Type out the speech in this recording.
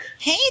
hey